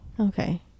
Okay